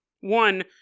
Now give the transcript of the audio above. One